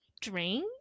drink